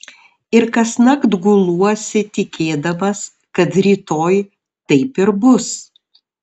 ir kasnakt guluosi tikėdamas kad rytoj taip ir bus